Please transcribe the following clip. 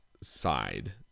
side